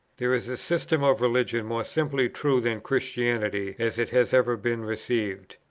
there is a system of religion more simply true than christianity as it has ever been received.